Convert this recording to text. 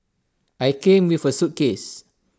I came with A suitcase